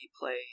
play